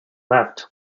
left